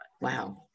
wow